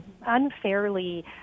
unfairly